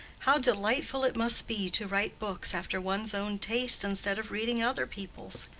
how delightful it must be to write books after one's own taste instead of reading other people's!